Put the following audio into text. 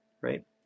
Right